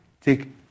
take